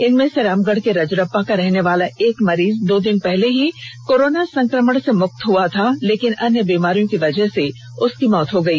इनमें से रामगढ़ के रजरप्पा का रहने वाला एक मरीज दो दिन पहले ही कोरोना संक्रमण से मुक्त हुआ था लेकिन अन्य बीमारियों की वजह से उसकी मौत हो गई